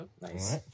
Nice